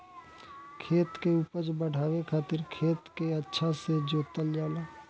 खेत के उपज बढ़ावे खातिर खेत के अच्छा से जोतल जाला